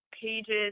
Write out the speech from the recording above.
pages